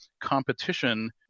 competition